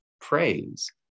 praise